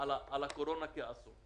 הקורונה כאסון,